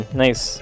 nice